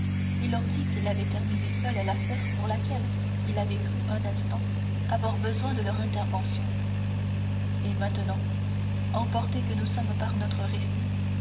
il leur dit qu'il avait terminé seul l'affaire pour laquelle il avait cru un instant avoir besoin de leur intervention et maintenant emportés que nous sommes par notre récit